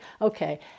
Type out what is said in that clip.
Okay